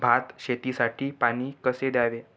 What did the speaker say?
भात शेतीसाठी पाणी कसे द्यावे?